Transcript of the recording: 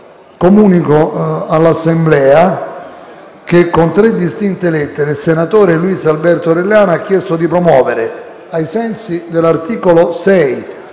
Comunico all'Assemblea che, con tre distinte lettere, il senatore Luis Alberto Orellana ha chiesto di promuovere, ai sensi dell'articolo 6